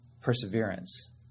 perseverance